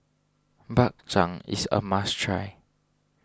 Bak Chang is a must try